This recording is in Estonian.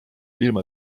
ilma